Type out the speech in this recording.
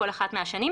ב' בחשון התשפ"א (20 באוקטובר 2020),